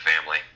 family